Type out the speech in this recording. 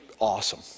awesome